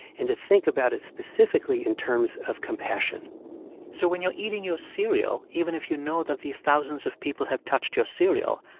and to think about it specifically in terms of compassion so when you're eating your cereal, even if you know that these thousands of people have touched your cereal,